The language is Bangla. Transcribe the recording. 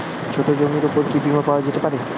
ছোট জমির উপর কি বীমা পাওয়া যেতে পারে?